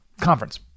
conference